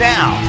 Now